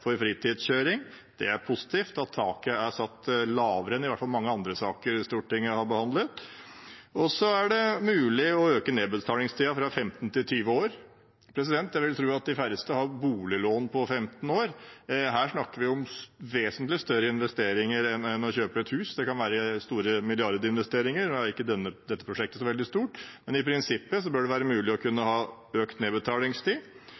for fritidskjøring. Det er positivt at taket her er satt lavere enn i hvert fall i mange andre saker Stortinget har behandlet. Det er også mulig å øke nedbetalingstiden fra 15 til 20 år. Jeg vil tro at de færreste har boliglån på 15 år. Her snakker vi om vesentlig større investeringer enn å kjøpe et hus, det kan være snakk om store milliardinvesteringer. Nå er ikke dette prosjektet så veldig stort, men i prinsippet bør det være mulig å